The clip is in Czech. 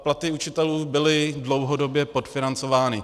Platy učitelů byly dlouhodobě podfinancovány.